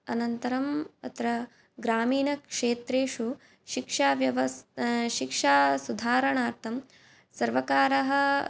अनन्तरम् अत्र ग्रामीणक्षेत्रेषु शिक्षाव्यवस्था शिक्षासुधारणार्थं सर्वकारः